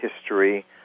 history